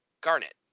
garnet